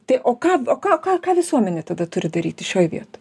tai o ką o ką ką ką visuomenė tada turi daryti šioj vietoj